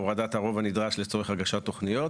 הורדת הרוב הנדרש לצורך הגשת תוכניות,